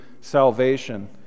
salvation